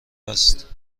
است